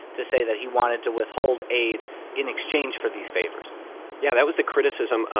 to say that he wanted to withhold aid in exchange for these favors yeah. that was the criticism.